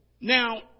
Now